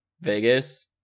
Vegas